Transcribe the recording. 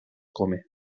come